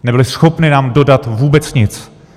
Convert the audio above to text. Nebyly schopny nám dodat vůbec nic.